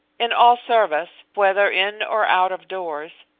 in all service, whether in or out of doors,